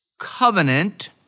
covenant